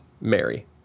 Mary